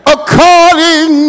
According